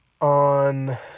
On